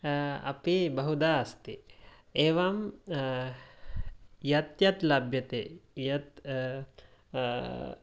अपि बहुधा अस्ति एवं यत् यत् लभ्यते यत्